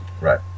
Right